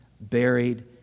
buried